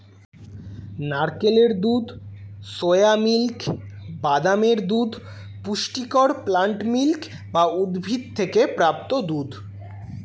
নারকেলের দুধ, soya milk, বাদামের দুধ পুষ্টিকর প্লান্ট মিল্ক বা উদ্ভিদ থেকে প্রাপ্ত দুধ